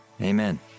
Amen